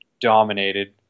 dominated